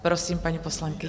Prosím, paní poslankyně.